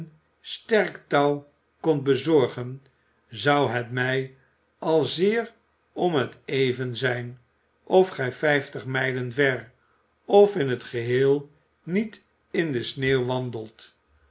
sterk touw kondt bezorgen zou het mij al zeer om het even zijn of gij vijftig mijlen ver of in het geheel niet in de sneeuw wandeldet